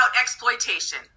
exploitation